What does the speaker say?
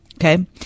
Okay